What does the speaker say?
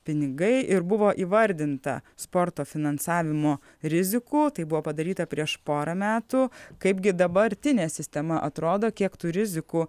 pinigai ir buvo įvardinta sporto finansavimo rizikų tai buvo padaryta prieš porą metų kaipgi dabartinė sistema atrodo kiek tų rizikų